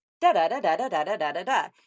da-da-da-da-da-da-da-da-da